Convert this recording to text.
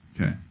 Okay